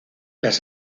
las